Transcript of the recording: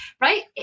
right